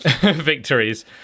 victories